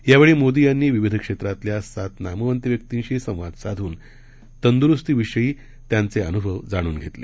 यावेळी मोदी यांनी विविध क्षेत्रातल्या सात नामवंत व्यक्तिशी संवाद साधून तंदुरूस्ती विषयी त्यांचे अनुभव जाणून घेतले